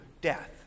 death